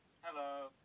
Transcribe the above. Hello